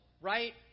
right